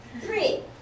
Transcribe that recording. Three